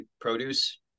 produce